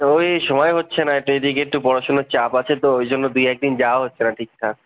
ওই সময় হচ্ছে না একটু এদিকে একটু পড়াশুনোর চাপ আছে তো ওই জন্য দু এক দিন যাওয়া হচ্ছে না ঠিকঠাক